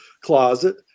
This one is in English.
closet